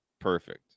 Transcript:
perfect